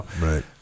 right